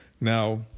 Now